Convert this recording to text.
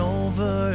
over